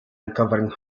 uncovering